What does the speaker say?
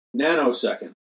nanosecond